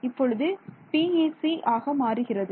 இப்பொழுது PEC ஆக மாறுகிறது